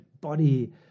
body